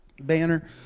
banner